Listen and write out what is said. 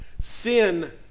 sin